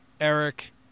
Eric